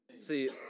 See